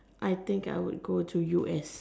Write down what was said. I think I would go to U_S